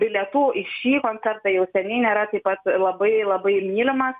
bilietų į šį koncertą jau seniai nėra taip pat labai labai mylimas